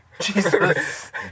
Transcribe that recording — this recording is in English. Jesus